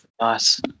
nice